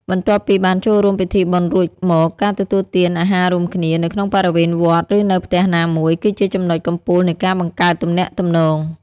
បន្ទាប់ពីបានចូលរួមពិធីបុណ្យរួចមក ការទទួលទាន អាហាររួមគ្នា នៅក្នុងបរិវេណវត្ត ឬនៅផ្ទះណាមួយ គឺជាចំណុចកំពូលនៃការបង្កើតទំនាក់ទំនង។